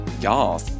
Y'all